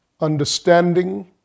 understanding